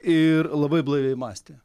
ir labai blaiviai mąstė